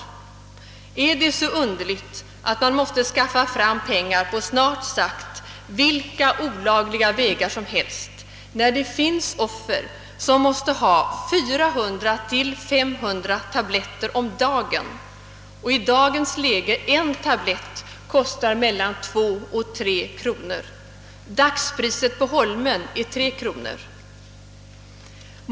Men är det så underligt att de måste skaffa fram pengar på snart sagt vilka olagliga vägar som helst, när det finns offer som måste ha 400—500 tabletter om dagen och tabletterna i dagens läge kostar mellan 2 och 3 kronor per styck? Dagspriset på Långholmen är 3 kronor.